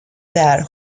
that